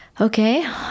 okay